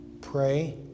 pray